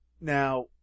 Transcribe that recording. Now